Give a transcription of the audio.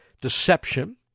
deception